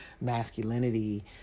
masculinity